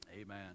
Amen